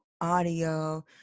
audio